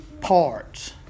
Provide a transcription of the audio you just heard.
parts